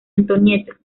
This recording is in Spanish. antonieta